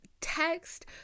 text